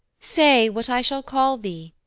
say what i shall call thee,